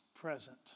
present